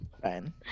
Fine